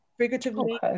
Figuratively